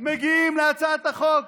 מגיעים להצעת החוק.